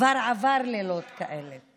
כבר עבר לילות כאלה,